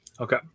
Okay